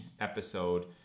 episode